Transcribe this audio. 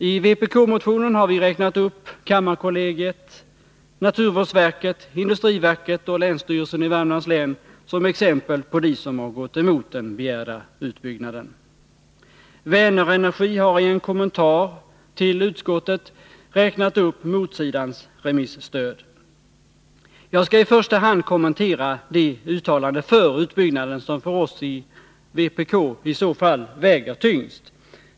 I vpk-motionen har vi räknat upp kammarkollegiet, naturvårdsverket, industriverket och länsstyrelsen i Värmlands län som exempel på dem som har gått emot den begärda utbyggnaden. Vänerenergi har i en kommentar till utskottet räknat upp motsidans remisstöd. Jag skall i första hand kommentera det uttalande för utbyggnaden som för oss i vpk väger tyngst.